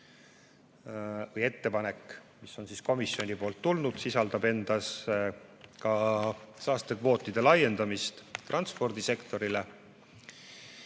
see ettepanek, mis on komisjonilt tulnud, sisaldab endas ka saastekvootide laiendamist transpordisektorile,